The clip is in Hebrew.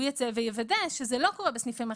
הוא יצא ויוודא שזה לא קורה בסניפים אחרים.